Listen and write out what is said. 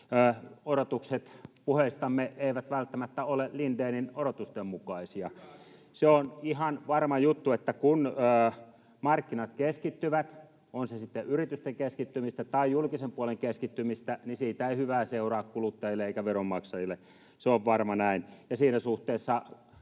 odotukset puheistamme eivät välttämättä ole Lindénin odotusten mukaisia. [Aki Lindén: Hyvä asia!] Se on ihan varma juttu, että kun markkinat keskittyvät, on se sitten yritysten keskittymistä tai julkisen puolen keskittymistä, niin siitä ei hyvää seuraa kuluttajille eikä veronmaksajille. Se on varma näin.